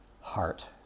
heart